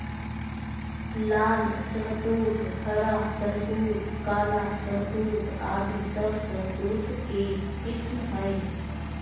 लाल शहतूत, हरा शहतूत, काला शहतूत आदि सब शहतूत के किस्म हय